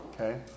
okay